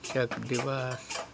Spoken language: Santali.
ᱥᱤᱠᱠᱷᱚᱠ ᱫᱤᱵᱚᱥ